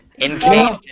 Engage